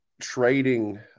trading